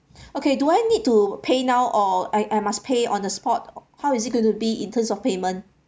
okay do I need to pay now or I I must pay on the spot how is it going to be in terms of payment